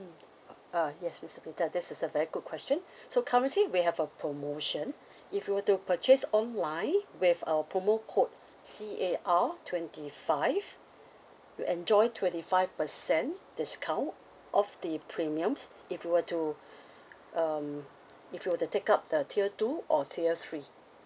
mm uh yes mister peter this is a very good question so currently we have a promotion if you were to purchase online with our promo code C A R twenty five you enjoy twenty five percent discount off the premiums if you were to um if you were to take up the tier two or tier three